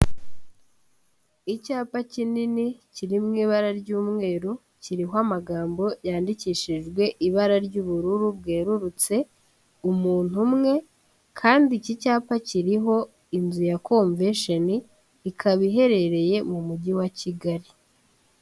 Icyapa kinini kiri mu ibara ry'umweru kiriho amagambo yandikishijwe ibara ry'ubururu bwerurutse, umuntu umwe kandi iki cyapa kiriho inzu ya Komvesheni, ikaba iherereye mu mujyi wa Kigali.